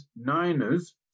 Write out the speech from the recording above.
Niners